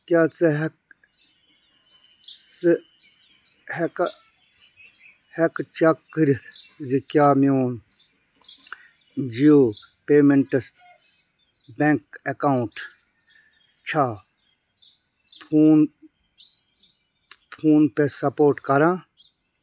کیٛاہ ژٕ ہٮ۪کہٕ ژٕ ہٮ۪کھ ہٮ۪کہٕ چیک کٔرِتھ زِ کیٛاہ میون جِیو پیمیٚنٛٹس بیٚنٛک اکاونٹ چھا فون فون پے سپورٹ کران